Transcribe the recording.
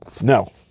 no